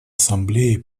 ассамблеи